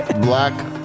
black